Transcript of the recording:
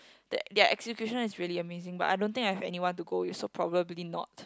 their execution is really amazing but I don't think I have anyone to go with so probably not